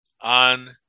on